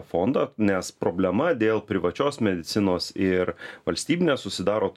fondą nes problema dėl privačios medicinos ir valstybinės susidaro